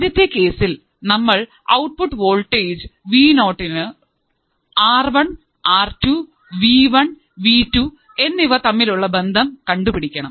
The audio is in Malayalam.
ആദ്യത്തെ കേസിൽ നമ്മൾ ഔട്ട്പുട്ട് വോൾട്ടേജ് വിനോട് R one R two V one വീടു എന്നിവ തമ്മിലുള്ള ബന്ധം കണ്ടുപിടിക്കണം